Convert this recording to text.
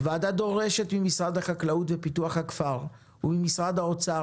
הוועדה דורשת ממשרד החקלאות ופיתוח הכפר וממשרד האוצר